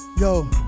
Yo